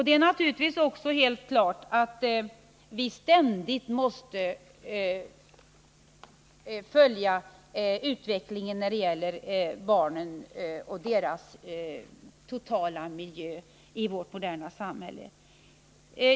Det är naturligtvis helt klart att vi ständigt måste följa utvecklingen när det gäller barnen och deras totala miljö i vårt moderna samhälle.